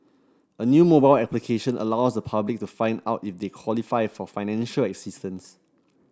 a new mobile application allows the public to find out if they qualify for financial assistance